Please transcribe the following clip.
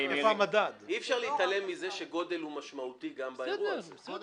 אי אפשר להתעלם מזה שגודל הוא דבר משמעותי גם באירוע הזה.